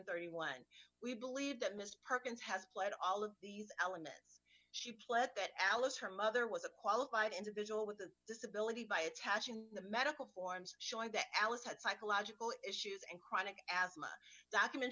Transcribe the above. thirty one we believe that mr perkins has played all of these elements she pled that alice her mother was a qualified individual with a disability by attaching the medical forms showing that alice had psychological issues and chronic asthma documents